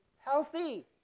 healthy